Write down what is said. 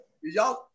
Y'all